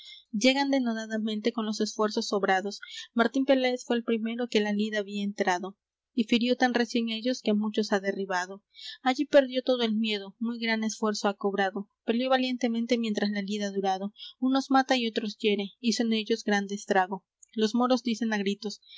llegan denodadamente con los esfuerzos sobrados martín peláez fué el primero que la lid había entrado y firió tan recio en ellos que á muchos ha derribado allí perdió todo el miedo muy gran esfuerzo ha cobrado peleó valientemente mientras la lid ha durado unos mata y otros hiere hizo en ellos grande estrago los moros dicen á gritos